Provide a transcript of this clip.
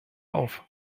auf